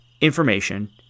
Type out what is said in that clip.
information